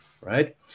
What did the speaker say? Right